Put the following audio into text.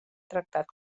tractat